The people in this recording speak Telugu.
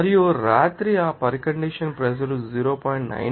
మరియు రాత్రి ఆ పరికండిషన్ ప్రెషర్ 0